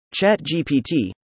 ChatGPT